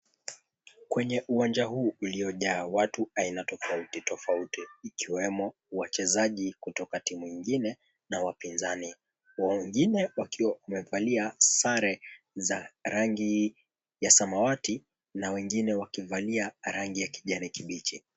Kwenye uwanja huu uliojaa watu aina tofauti tofauti, ikiwemo wachezaji kutoka timu nyingine na wapinzani, mwingine akiwa amevalia sare za rangi ya samawati na wengine wakivalia rangi ya kijani kibichi.